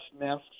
Masks